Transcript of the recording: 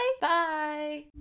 bye